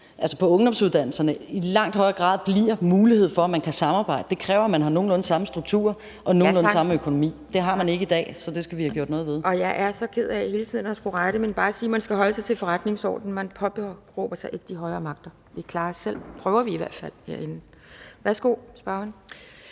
på ungdomsuddannelserne i langt højere grad bliver mulighed for, at man kan samarbejde. Det kræver, at man har nogenlunde samme struktur og nogenlunde samme økonomi. Det har man ikke i dag, så det skal vi have gjort noget ved. Kl. 13:57 Anden næstformand (Pia Kjærsgaard): Jeg er så ked af hele tiden at skulle rette talerne, men vil bare sige, at man skal holde sig til forretningsordenen. Man påberåber sig ikke de højere magter. Vi klarer os selv – det prøver vi i hvert fald – herinde. Værsgo til spørgeren.